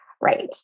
Right